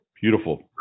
beautiful